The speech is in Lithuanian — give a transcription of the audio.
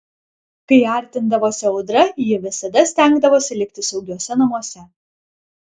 kai artindavosi audra ji visada stengdavosi likti saugiuose namuose